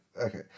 Okay